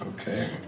Okay